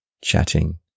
chatting